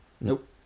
Nope